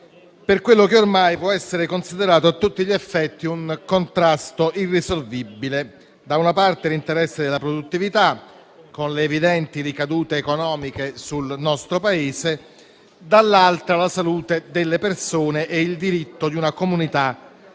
per quello che ormai può essere considerato a tutti gli effetti un contrasto irrisolvibile. Da una parte, c'è l'interesse della produttività, con le evidenti ricadute economiche sul nostro Paese e, dall'altra, la salute delle persone e il diritto di una comunità a vivere